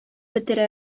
бетерә